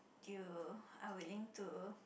due are willing to